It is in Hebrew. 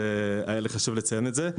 היה לי חשוב לציין את זה.